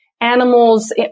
Animals